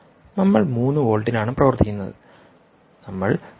നമ്മൾ 3 വോൾട്ടിലാണ് പ്രവർത്തിക്കുന്നത് നമ്മൾ 4